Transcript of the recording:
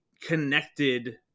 connected